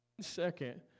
second